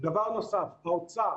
דבר נוסף, האוצר